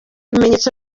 bimenyetso